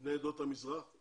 בני עדות המזרח.